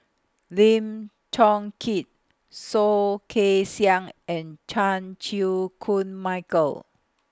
Lim Chong Keat Soh Kay Siang and Chan Chew Koon Michael